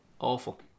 awful